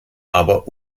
aber